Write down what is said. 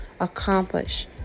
accomplish